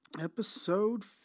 episode